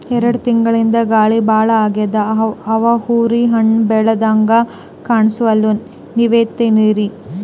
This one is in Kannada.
ಎರೆಡ್ ತಿಂಗಳಿಂದ ಗಾಳಿ ಭಾಳ ಆಗ್ಯಾದ, ಹೂವ ಉದ್ರಿ ಹಣ್ಣ ಬೆಳಿಹಂಗ ಕಾಣಸ್ವಲ್ತು, ನೀವೆನಂತಿರಿ?